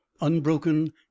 unbroken